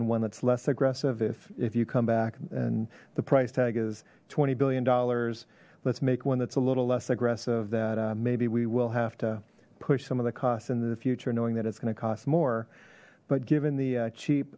and one that's less aggressive if if you come back and the price tag is twenty billion dollars let's make one that's a little less aggressive that maybe we will have to push some of the costs into the future knowing that it's going to cost more but given the cheap